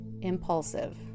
impulsive